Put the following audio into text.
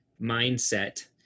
mindset